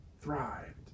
thrived